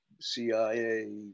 CIA